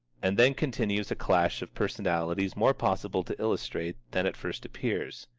and then continues a clash of personalities more possible to illustrate than at first appears.